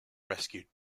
rescued